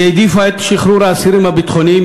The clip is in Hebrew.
היא העדיפה את שחרור האסירים הביטחוניים